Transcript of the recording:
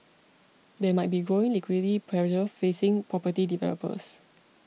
there might be growing liquidity pressure facing property developers